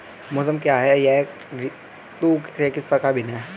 मौसम क्या है यह ऋतु से किस प्रकार भिन्न है?